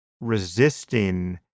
resisting